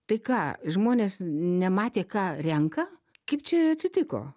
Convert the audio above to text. tai ką žmonės nematė ką renka kaip čia atsitiko